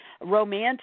romantic